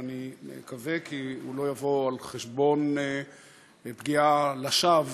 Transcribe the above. ואני מקווה כי הוא לא יבוא על חשבון פגיעה לשווא